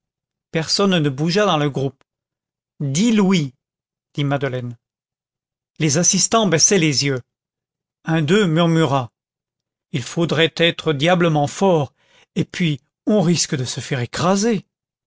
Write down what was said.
personne ne bougea dans le groupe dix louis dit madeleine les assistants baissaient les yeux un d'eux murmura il faudrait être diablement fort et puis on risque de se faire écraser